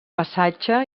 passatge